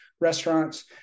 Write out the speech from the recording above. restaurants